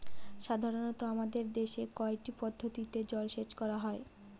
সাধারনত আমাদের দেশে কয়টি পদ্ধতিতে জলসেচ করা হয়?